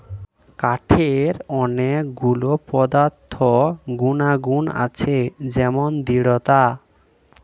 কাঠের অনেক গুলো পদার্থ গুনাগুন আছে যেমন দৃঢ়তা